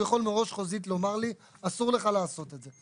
הוא יכול מראש חוזית לומר לי אסור לך לעשות את זה.